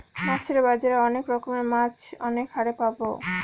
মাছের বাজারে অনেক রকমের মাছ অনেক হারে পাবো